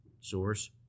source